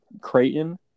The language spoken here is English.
Creighton